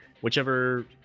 whichever